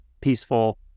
peaceful